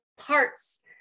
parts